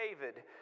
David